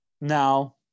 Now